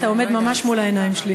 אתה עומד ממש מול העיניים שלי,